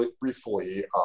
briefly